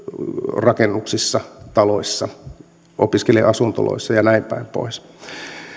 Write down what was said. rakennuksissa taloissa opiskelija asuntoloissa ja näinpäin pois ja